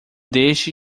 deixe